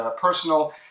personal